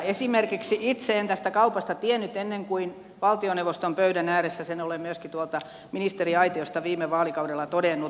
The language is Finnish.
esimerkiksi itse en tästä kaupasta tiennyt ennen kuin valtioneuvoston pöydän ääressä sen olen myöskin tuolta ministeriaitiosta viime vaalikaudella todennut